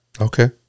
Okay